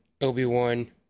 Obi-Wan